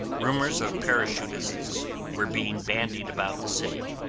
rumors of parachutists were being bandied about the city.